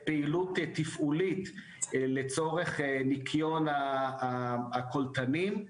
תוכנית פעולה אזורית תוך התמקדות כמובן באוכלוסיות החלשות יותר.